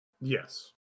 Yes